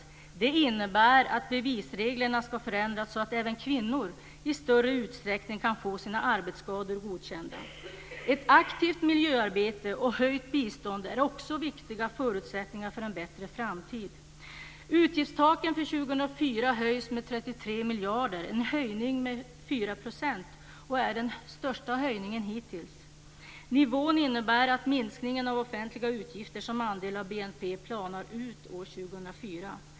Denna reformering innebär att bevisreglerna ska förändras så att även kvinnor i större utsträckning kan få sina arbetsskador godkända. Ett aktivt miljöarbete och höjt bistånd är också viktiga förutsättningar för en bättre framtid. Utgiftstaket för år 2004 höjs med 33 miljarder, en höjning med 4 %. Det är den största höjningen hittills. Nivån innebär att minskningen av offentliga utgifter som andel av BNP planar ut år 2004.